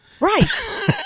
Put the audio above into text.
right